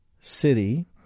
city